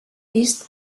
vist